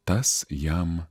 tas jam